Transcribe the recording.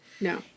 No